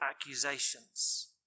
accusations